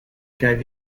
gave